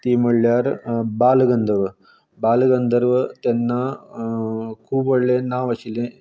ती म्हळ्यार बाल गंधर्व बालगंधर्व तेन्ना खूब व्हडलें नांव आशिल्लें